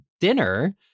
dinner